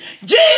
Jesus